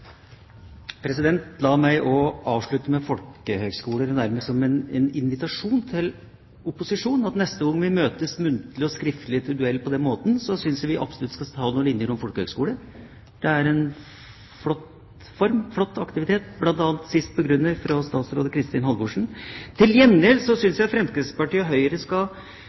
La meg også avslutte med folkehøyskoler, nærmest som en invitasjon til opposisjonen om at neste gang vi møtes muntlig og skriftlig til duell på den måten, synes jeg vi absolutt skal ta med noen linjer om folkehøyskole. Det er en flott aktivitet – bl.a. sist begrunnet fra statsråd Kristin Halvorsen. Til gjengjeld synes jeg Fremskrittspartiet og Høyre skal